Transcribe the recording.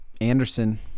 Anderson